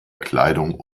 kleidung